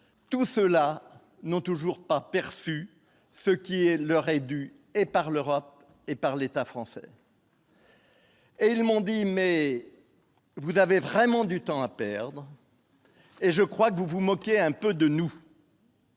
tout cela n'ont toujours pas perçu ce qui est leur est dû et par l'Europe et par l'État français. Et ils m'ont dit : mais vous avez vraiment du temps à perdre et je crois que vous vous moquez un peu de nous.